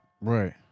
Right